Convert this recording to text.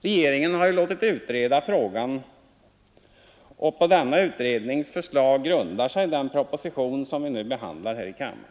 Regeringen har ju låtit utreda frågan, och på denna utrednings förslag grundar sig den proposition vi nu behandlar här i kammaren.